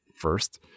first